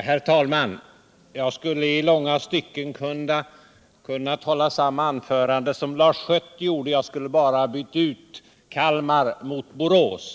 Herr talman! Jag skulle i långa stycken kunna hålla samma anförande som Lars Schött — jag skulle bara byta ut ”Kalmar” mot ”Borås”.